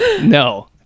No